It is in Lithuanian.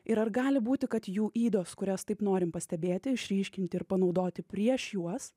ir ar gali būti kad jų ydos kurias taip norim pastebėti išryškinti ir panaudoti prieš juos